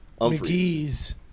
McGee's